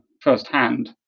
firsthand